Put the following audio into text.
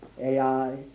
AI